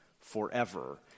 forever